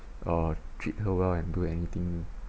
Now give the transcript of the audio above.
uh treat her well and do anything